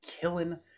killing